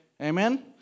Amen